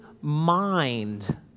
mind